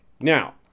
Now